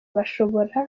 bashobora